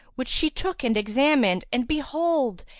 which she took and examined and behold,